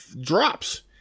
drops